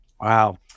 Wow